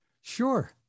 sure